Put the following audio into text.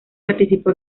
participó